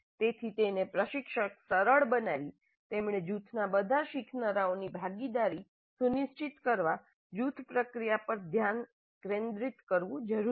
તેથી તેને પ્રશિક્ષક સરળ બનાવી તેમણે જૂથના બધા શીખનારાઓની ભાગીદારી સુનિશ્ચિત કરવા જૂથ પ્રક્રિયા પર ધ્યાન કેન્દ્રિત કરવું જરૂરી છે